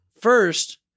First